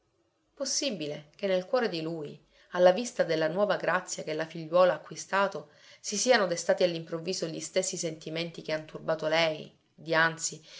possibile che nel cuore di lui alla vista della nuova grazia che la figliuola ha acquistato si siano destati all'improvviso gli stessi sentimenti che han turbato lei dianzi